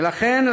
ולכן,